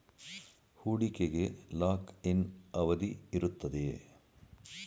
ಹೂಡಿಕೆಗೆ lock in ಅವಧಿ ಇರುತ್ತದೆಯೇ?